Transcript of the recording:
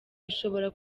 bishobora